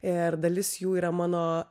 ir dalis jų yra mano